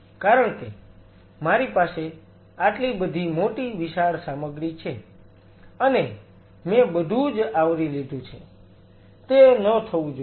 કારણ કે મારી પાસે આટલી બધી મોટી વિશાળ સામગ્રી છે અને મેં બધું જ આવરી લીધું છે તે ન થવું જોઈએ